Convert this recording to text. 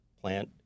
plant